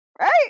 Right